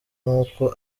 nk’uko